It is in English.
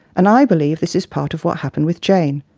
and i believe this is part of what happened with jane.